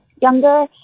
younger